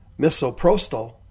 misoprostol